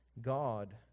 God